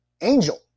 Angel